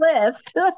list